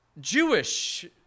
jewish